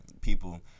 people